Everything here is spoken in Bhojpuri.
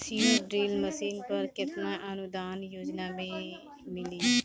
सीड ड्रिल मशीन पर केतना अनुदान योजना में मिली?